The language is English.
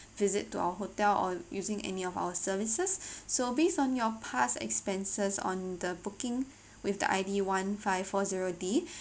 visit to our hotel or using any of our services so based on your past expenses on the booking with the I_D one five four zero D